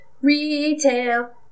retail